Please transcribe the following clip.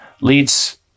leads